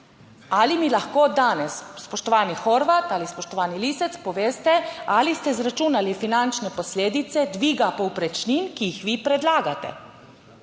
Ali mi lahko danes, spoštovani Horvat ali spoštovani Lisec, poveste, ali ste izračunali finančne posledice dviga povprečnin, ki jih vi predlagate?